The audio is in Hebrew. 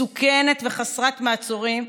מסוכנת וחסרת מעצורים,